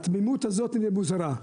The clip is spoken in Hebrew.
התמימות הזאתי לי מוזרה,